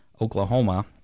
Oklahoma